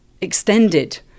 extended